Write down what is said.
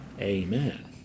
Amen